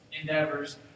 endeavors